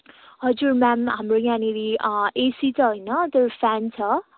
हजुर म्याम हाम्रो यहाँनिर एसी चाहिँ होइन तर फ्यान छ